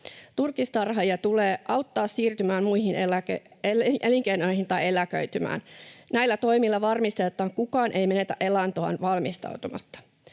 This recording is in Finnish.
Turkistarhaajia tulee auttaa siirtymään muihin elinkeinoihin tai eläköitymään. Näillä toimilla varmistetaan, että kukaan ei menetä elantoaan valmistautumatta.